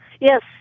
Yes